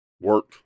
work